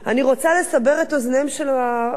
אני רוצה לסבר את אוזניהם של החברים,